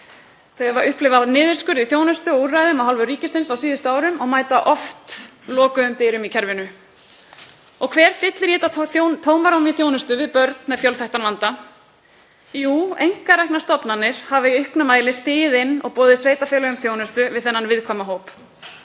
Þau hafa upplifað niðurskurð í þjónustuúrræðum af hálfu ríkisins á síðustu árum og mæta oft lokuðum dyrum í kerfinu. Og hver fyllir í þetta tómarúm í þjónustu við börn með fjölþættan vanda? Jú, einkareknar stofnanir hafa í auknum mæli stigið inn og boðið sveitarfélögum þjónustu við þennan viðkvæma hóp.